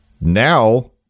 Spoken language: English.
now